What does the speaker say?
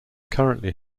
currently